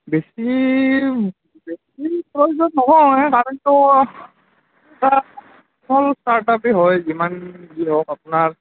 বেছি বেছি প্ৰয়োজন নহয় কাৰণটো ষ্টাৰ্ট স্মল ষ্টাৰ্টআপেই হয় যিমান যি হওক আপোনাৰ